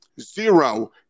Zero